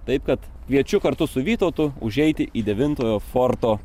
taip kad kviečiu kartu su vytautu užeiti į devintojo forto